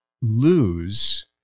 lose